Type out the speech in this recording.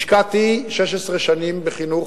השקעתי 16 שנים בחינוך,